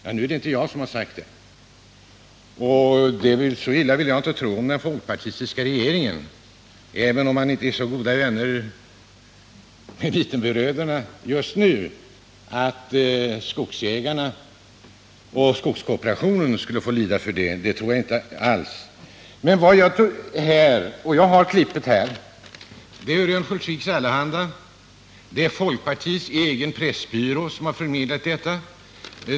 Det är inte jag som har sagt det, och så illa vill jag inte tro om den folkpartistiska regeringen att den vill — även om mittenbröderna just nu inte är så goda vänner — att skogsägarna och skogskooperationen skall få lida för detta. Jag har klippet från Örnsköldsviks Allehanda här. Det är folkpartiets egen pressbyrå som förmedlat detta.